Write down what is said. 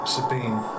Sabine